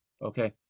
Okay